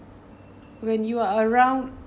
when you are around